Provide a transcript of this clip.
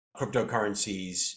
cryptocurrencies